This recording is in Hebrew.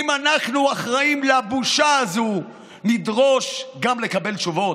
אם אנחנו אחראים לבושה הזאת נדרוש גם לקבל תשובות.